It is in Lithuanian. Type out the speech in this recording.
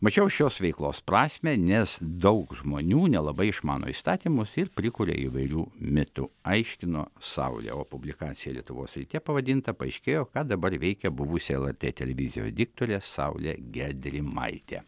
mačiau šios veiklos prasmę nes daug žmonių nelabai išmano įstatymus ir prikuria įvairių mitų aiškino saulė o publikacija lietuvos ryte pavadinta paaiškėjo ką dabar veikia buvusi lrt televizijos diktorė saulė gedrimaitė